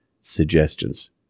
suggestions